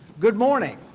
good morning.